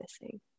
missing